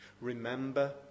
Remember